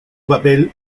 papel